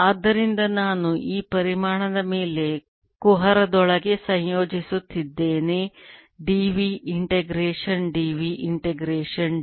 ಆದ್ದರಿಂದ ನಾನು ಈ ಪರಿಮಾಣದ ಮೇಲೆ ಕುಹರದೊಳಗೆ ಸಂಯೋಜಿಸುತ್ತಿದ್ದೇನೆ d v integration d v integration d v